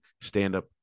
stand-up